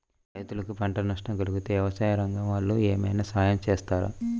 రైతులకు పంట నష్టం కలిగితే వ్యవసాయ రంగం వాళ్ళు ఏమైనా సహాయం చేస్తారా?